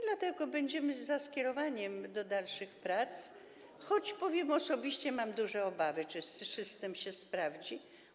Dlatego będziemy za skierowaniem go do dalszych prac, choć osobiście mam duże obawy, czy system się sprawdzi.